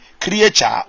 creature